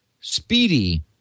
Speedy